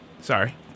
Sorry